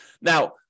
Now